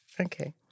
Okay